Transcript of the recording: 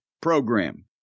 program